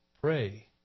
pray